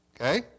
okay